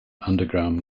underground